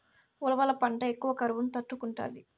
ఉలవల పంట ఎక్కువ కరువును తట్టుకుంటాది